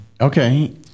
okay